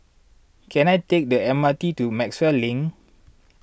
can I take the M R T to Maxwell Link